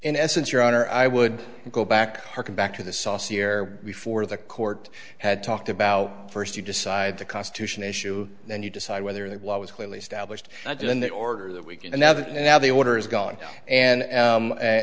in essence your honor i would go back harken back to the sauce here before the court had talked about first you decide the constitution issue then you decide whether the law was clearly established i did in the order that we can and now that now the order is gone and